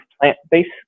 plant-based